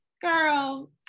girl